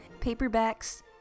paperbacks